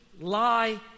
lie